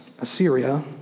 Assyria